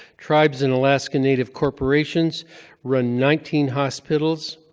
tribes in alaskan native corporations run nineteen hospitals,